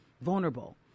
vulnerable